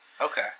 Okay